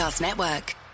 Network